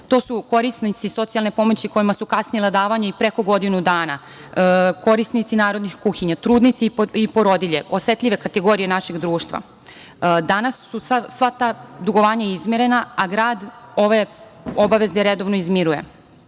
To su korisnici socijalne pomoći kojima su kasnila davanja i preko godinu dana, korisnici narodnih kuhinja, trudnice i porodilje, osetljive kategorije našeg društva. Danas su sva ta dugovanja izmirena, a grad ove obaveze redovno izmiruje.